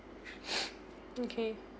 okay